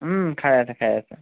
ওম খাই আছে খাই আছে